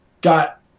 got